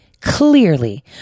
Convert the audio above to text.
clearly